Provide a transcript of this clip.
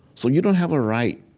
so you don't have a right